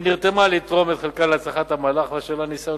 שנרתמה לתרום את חלקה להצלחת המהלך ואשר לה ניסיון